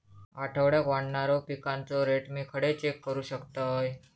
आठवड्याक वाढणारो पिकांचो रेट मी खडे चेक करू शकतय?